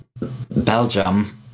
Belgium